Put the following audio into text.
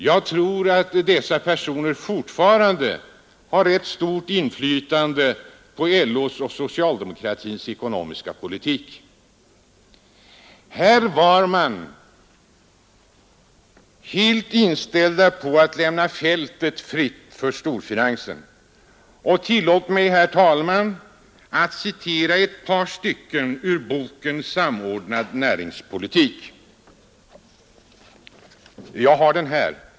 Jag tror att dessa personer fortfarande har rätt stort inflytande på LO:s och socialdemokratins ekonomiska politik. Här var man helt inställd på att lämna fältet fritt för storfinansen. Tillåt mig, herr talman, att citera ett par stycken ur boken Samordnad näringspolitik.